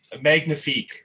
Magnifique